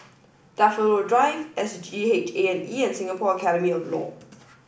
Daffodil Drive SGH A and E and Singapore Academy of Law